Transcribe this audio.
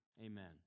amen